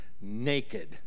naked